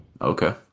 Okay